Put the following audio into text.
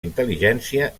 intel·ligència